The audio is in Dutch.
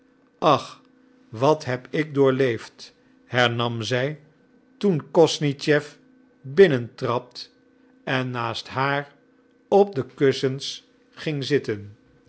ach wat heb ik doorleefd hernam zij toen kosnischew binnentrad en naast haar op de kussens ging zitten